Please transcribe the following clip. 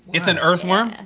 it's an earth worm?